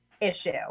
issue